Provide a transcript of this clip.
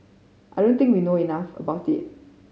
I do not think we know enough about it